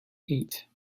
eight